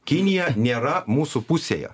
kinija nėra mūsų pusėje